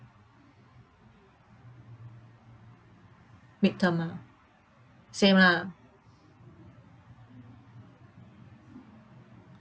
mid-term ah same lah